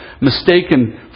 mistaken